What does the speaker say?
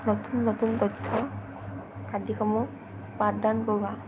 নতুন নতুন তথ্য আদিসমূহ পাঠদান কৰোঁৱা